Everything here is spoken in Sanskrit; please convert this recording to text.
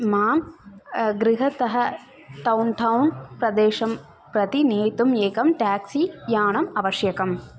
मां गृहात् टौन् ठौन् प्रदेशं प्रति नेतुम् एकं टेक्सी यानम् आवश्यकम्